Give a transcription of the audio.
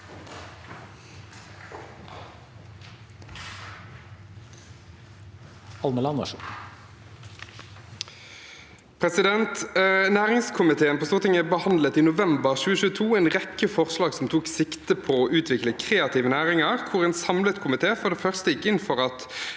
(V) Næringskomite- en på Stortinget behandlet i november 2022 en rekke forslag som tok sikte på å utvikle kreative næringer, hvor en samlet komité for det første gikk inn for at